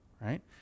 right